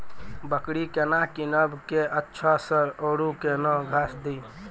बकरी केना कीनब केअचछ छ औरू के न घास दी?